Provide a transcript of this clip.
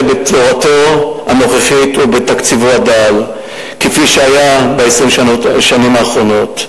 בצורתו הנוכחית ובתקציבו הדל כפי שהיה ב-20 השנים האחרונות.